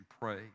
pray